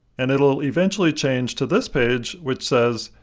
and it will eventually change to this page which says,